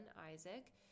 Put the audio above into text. Isaac